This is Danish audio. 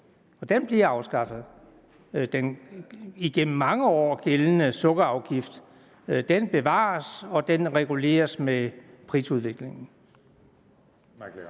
den bliver afskaffet. Den igennem mange år gældende sukkerafgift bevares, og den reguleres med prisudviklingen.